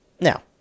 Now